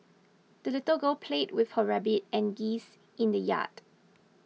the little girl played with her rabbit and geese in the yard